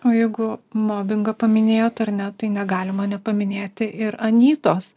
o jeigu mobingą paminėjot ar ne tai negalima nepaminėti ir anytos